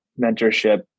mentorship